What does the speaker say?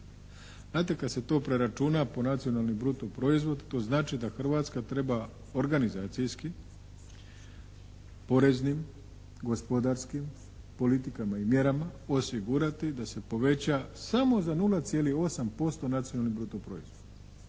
Znate kad se to preračuna po nacionalni brutoproizvod to znači da Hrvatska treba organizacijski poreznim, gospodarskim politikama i mjerama osigurati da se poveća samo za 0,8% nacionalni brutoproizvod